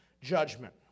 judgment